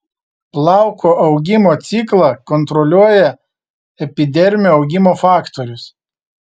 plauko augimo ciklą kontroliuoja epidermio augimo faktorius